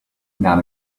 not